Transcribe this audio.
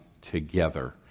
together